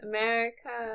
America